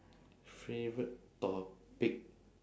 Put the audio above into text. favourite topic